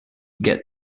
get